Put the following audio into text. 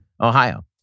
Ohio